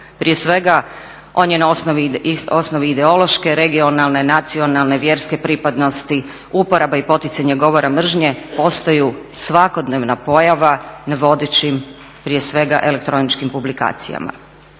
Prije svega on je na osnovi ideološke, regionalne, nacionalne, vjerske pripadnosti. Uporaba i poticanje govora mržnje postaju svakodnevna pojava na vodećim prije svega elektroničkim publikacijama.